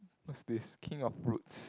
what's this king of fruits